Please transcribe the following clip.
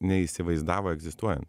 neįsivaizdavo egzistuojant